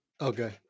Okay